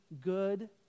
good